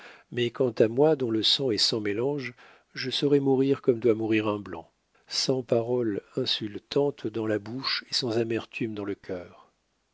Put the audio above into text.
mais quant à moi dont le sang est sans mélange je saurai mourir comme doit mourir un blanc sans paroles insultantes dans la bouche et sans amertume dans le cœur